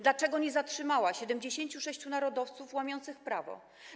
Dlaczego nie zatrzymała 76 narodowców łamiących prawo?